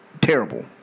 Terrible